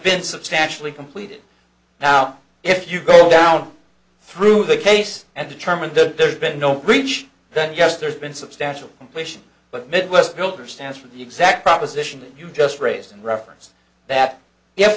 been substantially completed now if you go down through the case and determined that there's been no breach then yes there's been substantial completion but midwest builder stands for the exact proposition that you just raised and referenced that yes